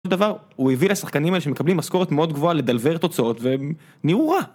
... של דבר, הוא הביא לשחקנים האלה שמקבלים משכורות מאוד גבוהה לדלבר תוצאות והם נהיו רע.